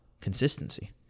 consistency